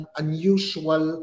unusual